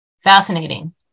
fascinating